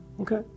okay